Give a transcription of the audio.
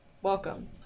Welcome